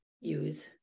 use